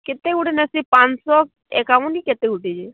କେତେ ଗୁଡ଼େ ନା ସେ ପାଞ୍ଚଶହ ଆକାଉଣ୍ଟ୍ ହିଁ କେତେ ଉଠିଛି